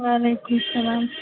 وعلیکُم سَلام